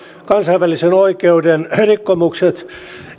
kansainvälisen oikeuden rikkomukset